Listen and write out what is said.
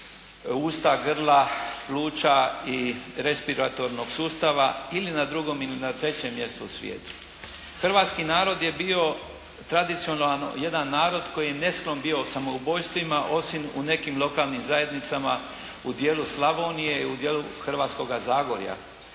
usta, grla, pluća i respiratornog sustava ili na drugom ili na trećem mjestu u svijetu. Hrvatski narod je bio tradicionalno jedan narod koji je nesklon bio samoubojstvima osim u nekim lokalnim zajednicama u dijelu Slavonije i u dijelu Hrvatskoga zagorja.